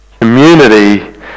Community